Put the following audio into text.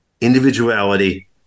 individuality